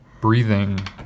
breathing